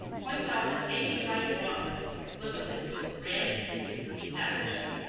points out that any dry rum, slivovitz, or brandy, including applejack,